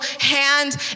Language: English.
hand